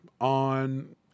on